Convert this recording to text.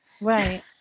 right